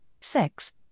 sex